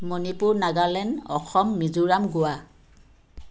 Manipur Nagaland Assam Mizoram Goa